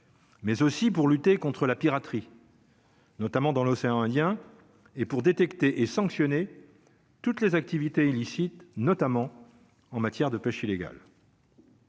mais aussi pour lutter contre la piraterie. Notamment dans l'océan Indien et pour détecter et sanctionner toutes les activités illicites, notamment en matière de pêche illégale.